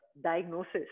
diagnosis